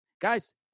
Guys